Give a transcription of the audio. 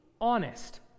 honest